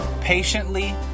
patiently